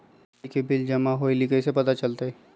बिजली के बिल जमा होईल ई कैसे पता चलतै?